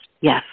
Yes